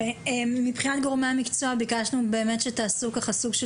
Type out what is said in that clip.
מבחינת גורמי המקצוע ביקשנו באמת שתעשו ככה סוג של